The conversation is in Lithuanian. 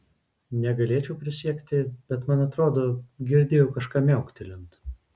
negalėčiau prisiekti bet man atrodo girdėjau kažką miauktelint